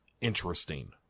interesting